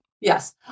Yes